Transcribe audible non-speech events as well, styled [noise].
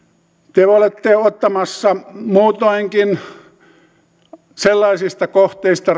te olette ottamassa muutoinkin rahaa sellaisista kohteista [unintelligible]